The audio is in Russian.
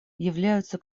являются